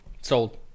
sold